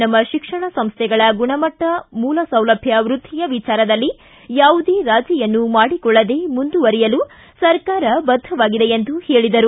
ನಮ್ನ ಶಿಕ್ಷಣ ಸಂಸ್ಥೆಗಳ ಗುಣಮಟ್ಟ ಮೂಲಸೌಲಭ್ಯ ವೃದ್ದಿಯ ವಿಚಾರದಲ್ಲಿ ಯಾವುದೇ ರಾಜಿಯನ್ನೂ ಮಾಡಿಕೊಳ್ಳದೆ ಮುಂದುವರಿಯಲು ಸರ್ಕಾರ ಬದ್ದವಾಗಿದೆ ಎಂದು ಹೇಳಿದರು